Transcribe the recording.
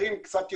אחרים קצת יותר,